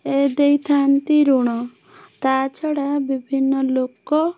ଏ ଦେଇଥାନ୍ତି ଋଣ ତା ଛଡ଼ା ବିଭିନ୍ନ ଲୋକ